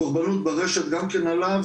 קורבנות ברשת גם כן עלה,